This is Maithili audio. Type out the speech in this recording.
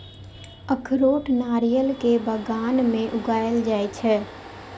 अखरोट नारियल के बगान मे उगाएल जाइ छै